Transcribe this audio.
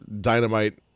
Dynamite